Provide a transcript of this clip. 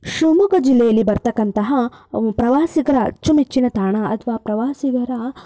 ಶಿವಮೊಗ್ಗ ಜಿಲ್ಲೆಯಲ್ಲಿ ಬರತಕ್ಕಂತಹ ಪ್ರವಾಸಿಗರ ಅಚ್ಚುಮೆಚ್ಚಿನ ತಾಣ ಅಥವಾ ಪ್ರವಾಸಿಗರ